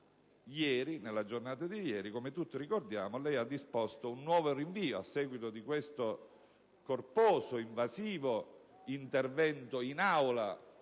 brevità. Nella giornata di ieri, come tutti ricordiamo, lei ha disposto un nuovo rinvio a seguito di questo corposo, invasivo intervento in Aula